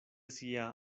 sia